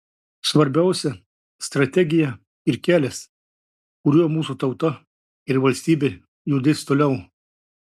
svarbiausia strategija ir kelias kuriuo mūsų tauta ir valstybė judės toliau